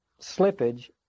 slippage